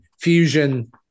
fusion